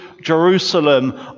Jerusalem